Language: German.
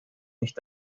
nicht